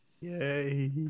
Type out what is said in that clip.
Yay